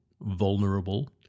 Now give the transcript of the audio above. vulnerable